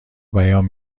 بیان